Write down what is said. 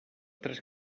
tres